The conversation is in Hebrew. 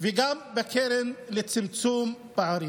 וגם בקרן לצמצום פערים.